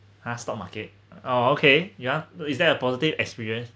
ha stock market oh okay yeah is that a positive experience